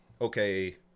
okay